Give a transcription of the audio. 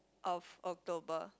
of October